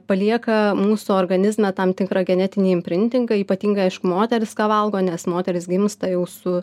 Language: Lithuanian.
palieka mūsų organizme tam tikrą genetinį imprintingą ypatingai aišku moterys ką valgo nes moterys gimsta jau su